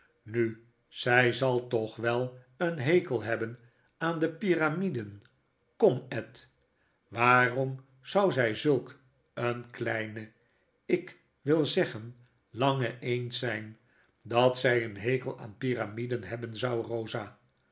nu zy zal t'octi wel een hekel hebben aan de pyramiden kom ed waarom zou zy zulk een kleine ik wil zeggen lange bend zyn dat zy een hekel aan pyramiden nebben zou eosa